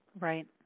Right